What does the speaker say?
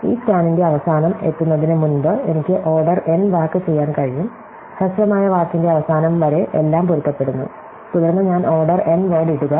ഈ സ്കാനിന്റെ അവസാനം എത്തുന്നതിനുമുമ്പ് എനിക്ക് ഓർഡർ n വാക്ക് ചെയ്യാൻ കഴിയും ഹ്രസ്വമായ വാക്കിന്റെ അവസാനം വരെ എല്ലാം പൊരുത്തപ്പെടുന്നു തുടർന്ന് ഞാൻ ഓർഡർ n വേഡ് ഇടുക